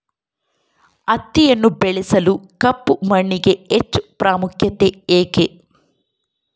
ಹತ್ತಿಯನ್ನು ಬೆಳೆಯಲು ಕಪ್ಪು ಮಣ್ಣಿಗೆ ಹೆಚ್ಚು ಪ್ರಾಮುಖ್ಯತೆ ಏಕೆ?